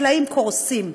החקלאים קורסים.